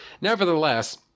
Nevertheless